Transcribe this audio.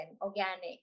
organic